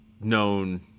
known